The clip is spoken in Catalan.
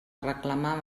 reclamar